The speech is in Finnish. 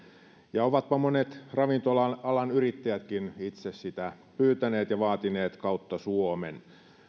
ja ovatpa monet ravintola alan yrittäjätkin itse sitä pyytäneet ja vaatineet kautta suomen